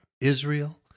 Israel